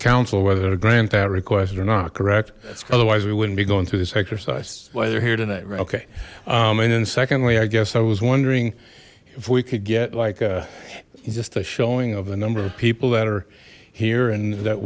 council whether to grant that request or not correct otherwise we wouldn't be going through this exercise why they're here tonight okay and then secondly i guess i was wondering if we could get like just a showing of the number of people that are here and that